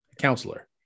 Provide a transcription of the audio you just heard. counselor